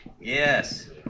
Yes